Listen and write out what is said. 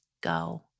go